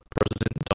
President